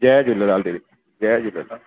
जय झूलेलाल दीदी जय झूलेलाल